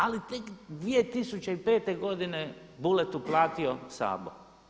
Ali tek 2005. godine Buletu platio Sabo.